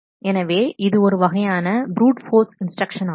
எனவே இது ஒரு வகையான ப்ரூட் போர்ஸ் இன்ஸ்டிரக்ஷன் ஆகும்